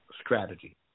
strategy